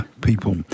people